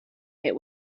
met